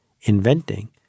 inventing